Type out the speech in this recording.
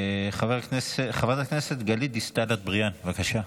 חברת הכנסת גלית דיסטל אטבריאן, בבקשה.